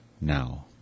now